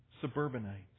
suburbanites